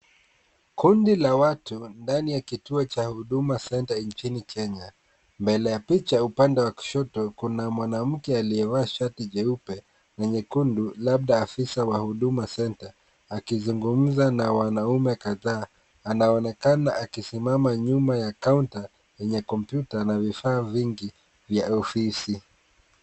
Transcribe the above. Kundi la watu, ndani ya kituo cha Huduma Center nchini Kenya. Mbele ya picha upande wa kushoto kuna mwanamke aliyevaa shati jeupe na nyekundu labda afisa wa Huduma Center, akizungumza na wanaume kadhaa. Anaonekana akisimama nyuma ya Counter yenye kompyuta na vifaa vingi vya ofisi.